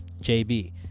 JB